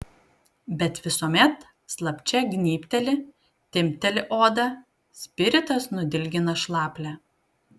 bet visuomet slapčia gnybteli timpteli odą spiritas nudilgina šlaplę